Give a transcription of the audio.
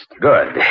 Good